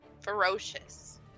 ferocious